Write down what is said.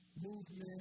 movement